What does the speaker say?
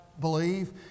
believe